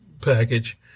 package